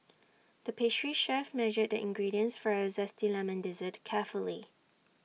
the pastry chef measured the ingredients for A Zesty Lemon Dessert carefully